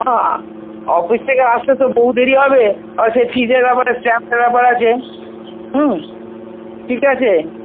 office থেকে আসতে তো বহু দেরি হবে আবার সেই ফিজের আবার স্ট্যাম্পের ব্যাপার আছে হুম ঠিক আছে